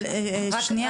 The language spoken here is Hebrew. שנייה,